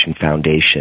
Foundation